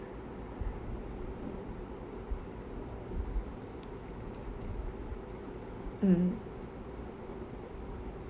mm